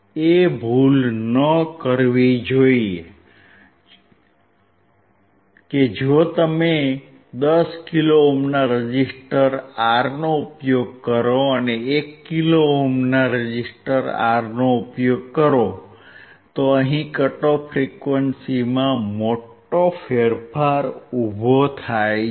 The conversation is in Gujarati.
એ ભૂલ ન કરવી જોઇએ કે જો તમે 10 કિલોઓહ્મના રેઝીસ્ટર R નો ઉપયોગ કરો અને 1 કિલો ઓહ્મના રેઝીસ્ટર Rનો ઉપયોગ કરો તો અહિ કટ ઓફ ફ્રીક્વન્સીમાં મોટો ફેરફાર ઉભો થાય છે